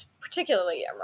particularly